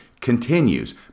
continues